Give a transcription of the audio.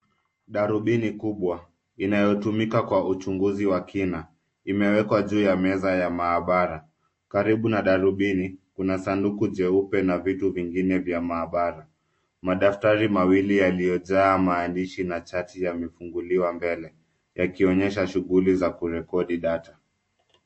Darubini kubwa ,inayotumika kwa uchunguzi wa kina imewekwa juu ya meza ya maabara. Karibu na darubini, kuna sanduku jeupe na vitu vingine vya maabara. Madaftari mawili yaliyojaa maandishi na chati yamefunguliwa mbele yakionyesha shughuli za kurekodi data.